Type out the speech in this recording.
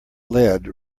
lead